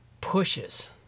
pushes